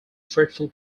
fruitful